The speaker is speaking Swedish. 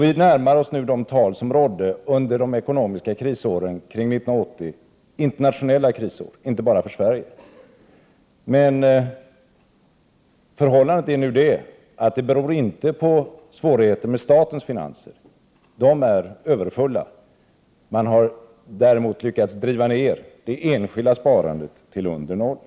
Vi närmar oss nu de tal som rådde under de ekonomiska krisåren kring 1980. Krisen under dessa år var internationell och berörde således inte bara Sverige. Det nuvarande läget i landet beror inte på svårigheter med statens finanser, utan de visar ett betydande överskott. Problemet är att man har lyckats driva ned det enskilda sparandet till under noll.